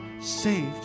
saved